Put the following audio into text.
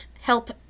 help